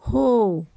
ਹੋ